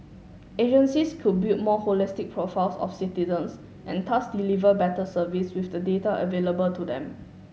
agencies could build more holistic profiles of citizens and thus deliver better service with the data available to them